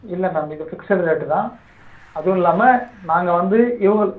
இல்லை மேம் இது fixed rate தான் அதுவும் இல்லாமல் நாங்கள் வந்து இவங்களு